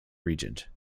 regent